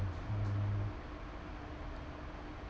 uh